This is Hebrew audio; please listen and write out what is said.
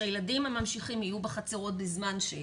שהילדים הממשיכים יהיו בחצרות בזמן הזה,